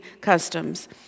customs